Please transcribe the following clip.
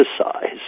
emphasize